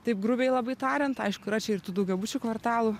taip grubiai labai tariant aišku yra čia ir tų daugiabučių kvartalų